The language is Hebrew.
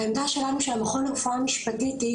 והעמדה שלנו שהמכון לרפואה משפטית היא